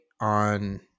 on